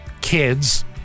kids